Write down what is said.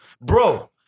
Bro